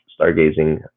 stargazing